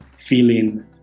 feeling